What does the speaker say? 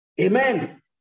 Amen